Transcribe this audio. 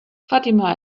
fatima